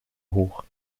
hoch